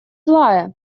злая